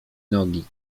nogi